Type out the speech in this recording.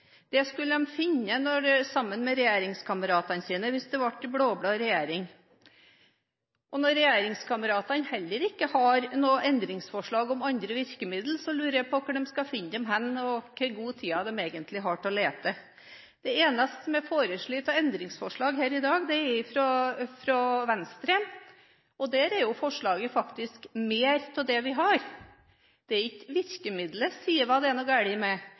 skulle de finne sammen med sine regjeringskamerater hvis det ble en blå-blå regjering. Når regjeringskameratene heller ikke har noen endringsforslag og andre virkemidler, lurer jeg på hvor de skal finne dem, og hvor god tid de egentlig har til å lete. Det eneste som er av endringsforslag her i dag, er fra Venstre, og der er jo forslaget faktisk mer av det vi har. Det er ikke virkemiddelet SIVA det er noe